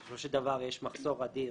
בסופו של דבר יש מחסור אדיר